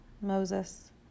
Moses